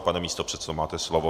Pane místopředsedo, máte slovo.